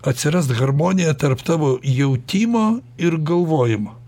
atsirast harmonija tarp tavo jautimo ir galvojimo